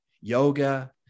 yoga